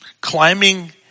climbing